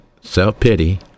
self-pity